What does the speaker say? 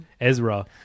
Ezra